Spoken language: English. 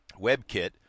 WebKit